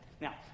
Now